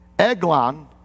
Eglon